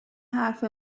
حرف